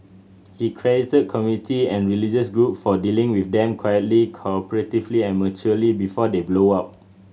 he credited community and religious group for dealing with them quietly cooperatively and maturely before they blow up